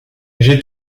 j’ai